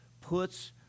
puts